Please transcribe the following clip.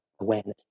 awareness